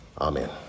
Amen